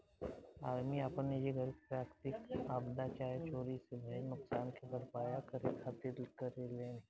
आदमी आपन निजी घर के प्राकृतिक आपदा चाहे चोरी से भईल नुकसान के भरपाया करे खातिर करेलेन